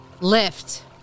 Lift